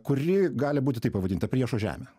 kuri gali būti taip pavadinta priešo žemė